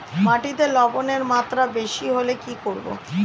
মাটিতে লবণের মাত্রা বেশি হলে কি করব?